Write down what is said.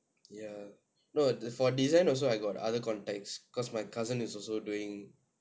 ya no for design also I got other contacts cause my cousin is also doing